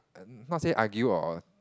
err not said argue or or